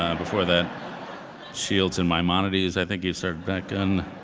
um before that shields and maimonides. i think he started back on.